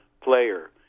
player